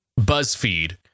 BuzzFeed